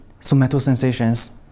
somatosensations